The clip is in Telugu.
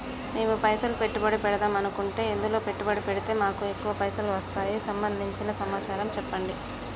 మేము పైసలు పెట్టుబడి పెడదాం అనుకుంటే ఎందులో పెట్టుబడి పెడితే మాకు ఎక్కువ పైసలు వస్తాయి సంబంధించిన సమాచారం చెప్పండి?